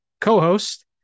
co-host